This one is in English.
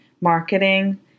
marketing